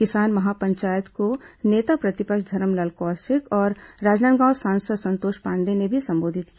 किसान महापंचायत को नेता प्रतिपक्ष धरमलाल कौशिक और राजनांदगांव सांसद संतोष पांडेय ने भी संबोधित किया